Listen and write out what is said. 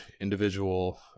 individual